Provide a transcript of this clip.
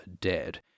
dead